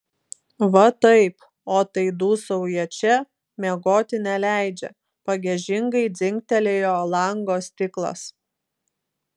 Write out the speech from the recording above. va taip o tai dūsauja čia miegoti neleidžia pagiežingai dzingtelėjo lango stiklas